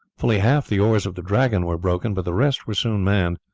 fully half the oars of the dragon were broken, but the rest were soon manned,